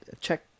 Check